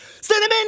Cinnamon